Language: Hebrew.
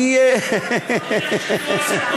גם אני.